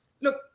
look